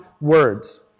words